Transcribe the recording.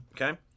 okay